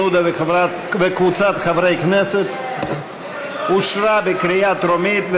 עודה וקבוצת חברי נכנסת אושרה בקריאה טרומית,